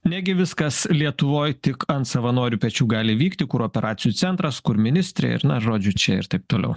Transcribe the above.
negi viskas lietuvoj tik ant savanorių pečių gali vykti kur operacijų centras kur ministrė ir na žodžiu čia ir taip toliau